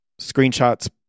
screenshots